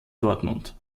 dortmund